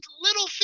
little